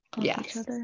yes